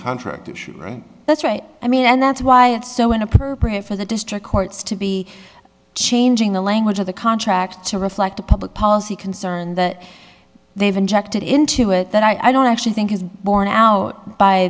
contract issue right that's right i mean and that's why it's so inappropriate for the district courts to be changing the language of the contract to reflect a public policy concern that they've injected into it that i don't actually think is borne out by